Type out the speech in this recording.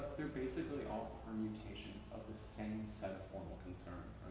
they're basically all permutations of the same set of formal concerns,